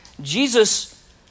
Jesus